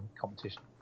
Competition